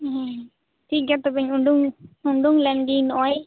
ᱦᱮᱸ ᱴᱷᱤᱠ ᱜᱮᱭᱟ ᱛᱚᱵᱮᱧ ᱩᱰᱩᱠ ᱩᱰᱩᱠ ᱞᱮᱱᱜᱮᱧ ᱱᱚᱜᱼᱚᱭ